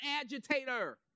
agitator